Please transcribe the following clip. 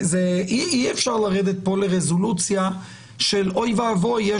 אי אפשר לרדת כאן לרזולוציה של אוי ואבוי,